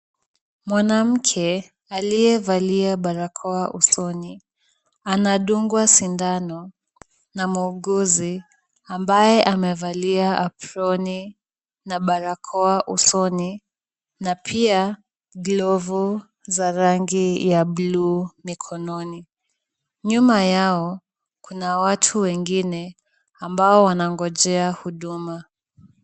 Mwanamke aliyevalia barakoa usoni anadungwa sindano na muuguzi, ambaye amevalia aproni na barakoa usoni na pia glovu za rangi ya buluu mikononi. Nyuma yao kuna watu wengine ambao wanangojea huduma.